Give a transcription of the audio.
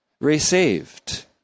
received